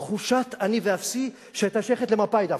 תחושת "אני ואפסי" שהיתה שייכת למפא"י דווקא,